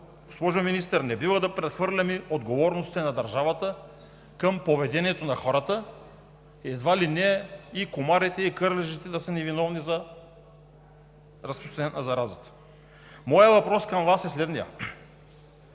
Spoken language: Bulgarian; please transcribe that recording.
Госпожо Министър, не бива да прехвърляме отговорностите на държавата към поведението на хората – едва ли не и комарите, и кърлежите да са ни виновни за разпространението на заразата. Моят въпрос към Вас е следният